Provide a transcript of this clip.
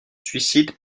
suicide